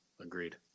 agreed